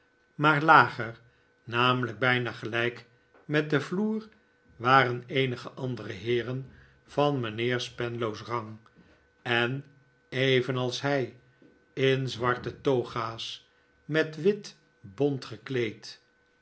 maar lager namelijk bijna gelijk met den vloer waren eenige andere heeren van mijnheer spenlow's rang en evenals hij in zwarte toga's met wit bont gekleed